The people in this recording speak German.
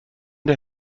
der